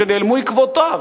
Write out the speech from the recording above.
שנעלמו עקבותיו.